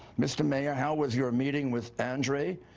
mr. mayor, how was your meeting with andrei?